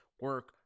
Work